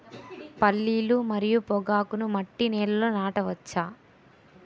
పల్లీలు మరియు పొగాకును మట్టి నేలల్లో నాట వచ్చా?